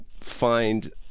find